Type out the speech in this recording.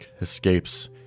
escapes